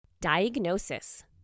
Diagnosis